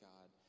God